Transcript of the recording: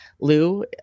Lou